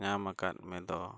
ᱧᱟᱢ ᱠᱟᱫᱢᱮ ᱫᱚ